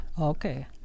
okay